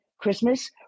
Christmas